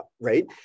Right